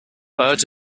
bird